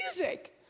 music